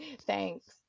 Thanks